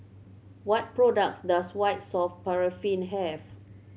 what products does White Soft Paraffin have